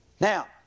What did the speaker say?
Now